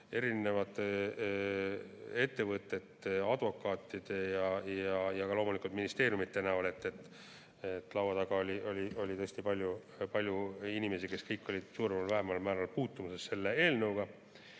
erinevate ettevõtete, advokaatide ja loomulikult ka ministeeriumi näol, olid laua taga. Seal oli hästi palju inimesi, kes kõik olid suuremal või vähemal määral puutumuses selle eelnõuga.